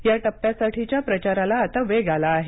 या टप्प्यासाठीच्या प्रचाराला आता वेग आला आहे